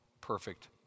perfect